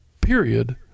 period